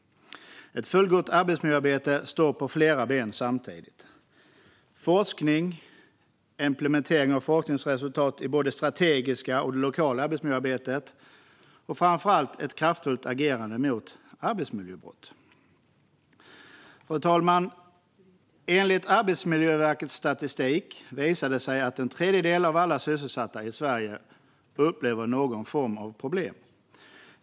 Ett fullgott arbetsmiljöarbete står på flera ben samtidigt: forskning, implementering av forskningsresultat i både det strategiska och det lokala arbetsmiljöarbetet och framför allt ett kraftfullt agerande mot arbetsmiljöbrott. Fru talman! Arbetsmiljöverkets statistik visar att en tredjedel av alla sysselsatta i Sverige upplever någon form av problem.